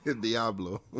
diablo